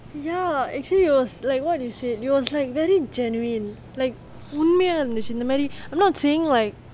ya actually it was like what you say it was like very genuine like உண்மையா இருந்துச்சி இந்த மாரி:unmaya irunthuchi intha maari I'm not saying like